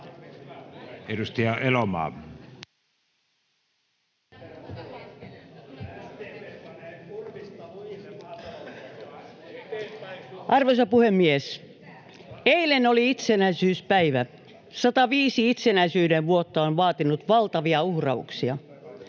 Content: Arvoisa puhemies! Eilen oli itsenäisyyspäivä. 105 itsenäisyyden vuotta on vaatinut valtavia uhrauksia.